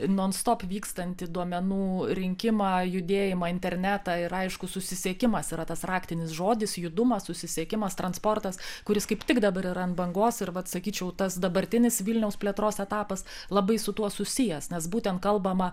nonstop vykstantį duomenų rinkimą judėjimą internetą ir aišku susisiekimas yra tas raktinis žodis judumas susisiekimas transportas kuris kaip tik dabar yra ant bangos ir vat sakyčiau tas dabartinis vilniaus plėtros etapas labai su tuo susijęs nes būtent kalbama